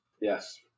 Yes